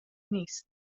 نیست